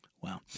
Wow